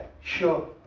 sure